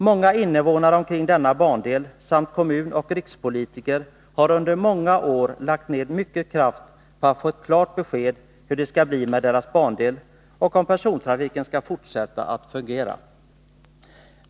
Många innevånare omkring denna bandel samt kommunoch rikspolitiker har under många år lagt ned mycken kraft på att få ett klart besked om hur det skall bli med deras bandel och om persontrafiken skall fortsätta att fungera.